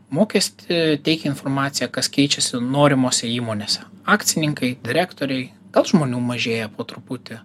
mokestį teikia informaciją kas keičiasi norimose įmonės akcininkai direktoriai žmonių mažėja po truputį